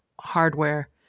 hardware